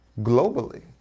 globally